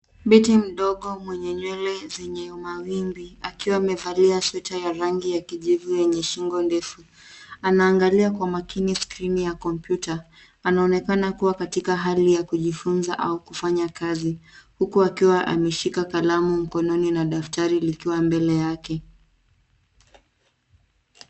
Binti mdogo mwenye nywele zenye mawimbi akiwa amevalia sweta ya kijivu yenye shingo ndefu. Anaangalia kwa makini skrini ya kompyuta. Anaonekana kuwa katika hali ya kujifunza au kufanya kazi huku akiwa ameshika kalamu mkononi na daftari likiwa mbele yake.